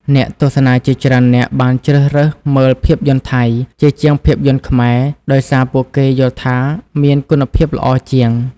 អ្នកទស្សនាជាច្រើននាក់បានជ្រើសរើសមើលភាពយន្តថៃ ជាជាងភាពយន្តខ្មែរ ដោយសារពួកគេយល់ថាមានគុណភាពល្អជាង។